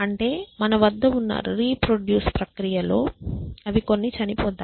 అంటే మన వద్ద ఉన్న రీప్రొడ్యూస్ ప్రక్రియలో అవి కొన్ని చనిపోతాయి